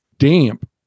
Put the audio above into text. damp